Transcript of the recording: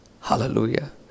Hallelujah